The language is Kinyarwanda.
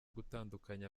gutandukanya